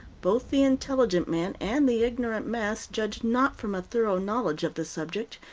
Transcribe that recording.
both the intelligent man and the ignorant mass judge not from a thorough knowledge of the subject,